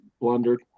blundered